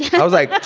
i was like that,